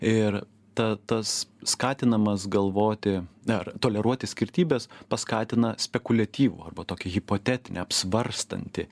ir ta tas skatinamas galvoti ar toleruoti skirtybes paskatina spekuliatyvų arba tokį hipotetinį apsvarstantį